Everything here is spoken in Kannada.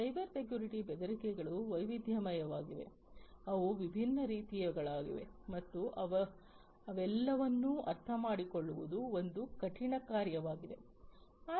ಸೈಬರ್ ಸೆಕ್ಯುರಿಟಿ ಬೆದರಿಕೆಗಳು ವೈವಿಧ್ಯಮಯವಾಗಿವೆ ಅವು ವಿಭಿನ್ನ ರೀತಿಯವುಗಳಾಗಿವೆ ಮತ್ತು ಅವೆಲ್ಲವನ್ನೂ ಅರ್ಥಮಾಡಿಕೊಳ್ಳುವುದು ಒಂದು ಕಠಿಣ ಕಾರ್ಯವಾಗಿದೆ